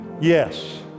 Yes